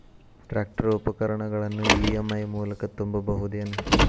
Tractor ಉಪಕರಣಗಳನ್ನು EMI ಮೂಲಕ ತುಂಬಬಹುದ ಏನ್?